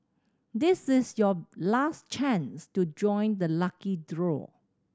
this is your last chance to join the lucky draw